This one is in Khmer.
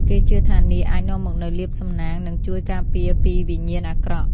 គេជឿថានាគអាចនាំមកនូវលាភសំណាងនិងជួយការពារពីវិញ្ញាណអាក្រក់។